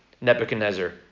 Nebuchadnezzar